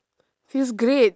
feels great